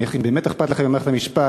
אם באמת אכפת לך ממערכת המשפט,